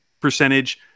percentage